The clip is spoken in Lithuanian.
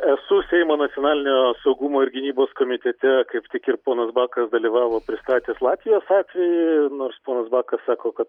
esu seimo nacionalinio saugumo ir gynybos komitete kaip tik ir ponas bakas dalyvavo pristatęs latvijos atvejį nors ponas bakas sako kad